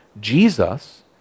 Jesus